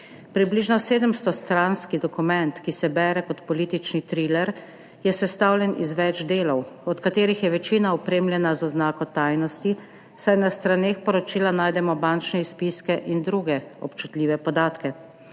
Približno 700-stranski dokument, ki se bere kot politični triler, je sestavljen iz več delov, od katerih je večina opremljena z oznako tajnosti, saj na straneh poročila najdemo bančne izpiske in druge občutljive podatke.